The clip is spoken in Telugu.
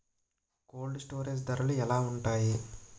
కోల్డ్ స్టోరేజ్ ధరలు ఎలా ఉంటాయి?